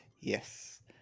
Yes